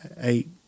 eight